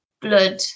blood